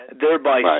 thereby